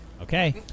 Okay